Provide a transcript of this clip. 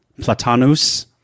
Platanus